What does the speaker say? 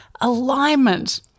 alignment